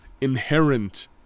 inherent